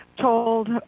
told